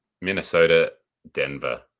Minnesota-Denver